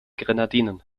grenadinen